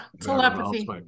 telepathy